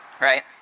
right